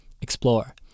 explore